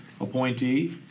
appointee